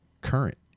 current